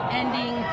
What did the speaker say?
ending